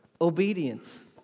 obedience